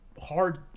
hard